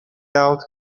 out